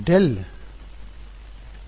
ಏನೋ